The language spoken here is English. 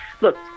look